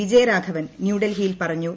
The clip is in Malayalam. വിജയരാഘവൻ ന്യൂഡൽഹിയിൽ പറഞ്ഞു